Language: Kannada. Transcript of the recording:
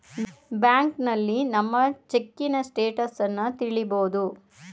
ಬ್ಯಾಂಕ್ನಲ್ಲಿ ನಮ್ಮ ಚೆಕ್ಕಿನ ಸ್ಟೇಟಸನ್ನ ತಿಳಿಬೋದು